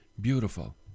beautiful